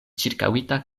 ĉirkaŭita